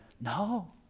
No